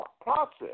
process